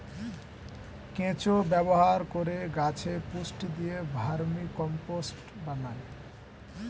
কেঁচো ব্যবহার করে গাছে পুষ্টি দিয়ে ভার্মিকম্পোস্ট বানায়